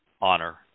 honor